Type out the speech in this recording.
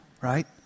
right